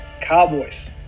Cowboys